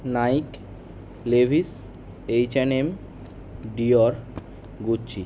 Nike Levi's H and M Dior Gucci